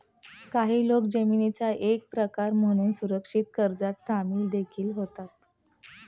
काही लोक जामीनाचा एक प्रकार म्हणून सुरक्षित कर्जात सामील देखील होतात